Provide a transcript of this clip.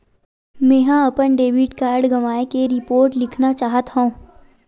मेंहा अपन debit card गवाए के रिपोर्ट लिखना चाहत हव